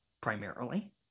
primarily